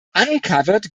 uncovered